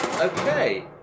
okay